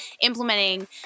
implementing